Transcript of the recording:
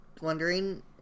wondering